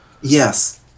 Yes